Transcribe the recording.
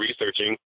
researching